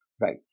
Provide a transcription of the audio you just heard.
Right